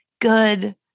good